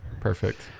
Perfect